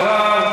בוא,